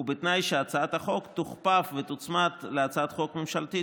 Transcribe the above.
ובתנאי שהצעת החוק תוכפף ותוצמד להצעת החוק הממשלתית